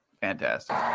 Fantastic